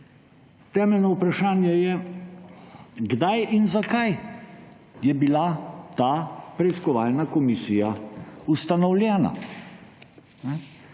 Temeljno vprašanje je, kdaj in zakaj je bila ta preiskovalna komisija ustanovljena